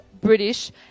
British